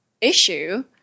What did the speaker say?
issue